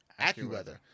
AccuWeather